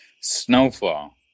Snowfall